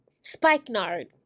Spikenard